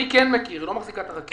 אני כן מכיר, היא לא מחזיקה את הרכבת.